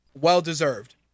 Well-deserved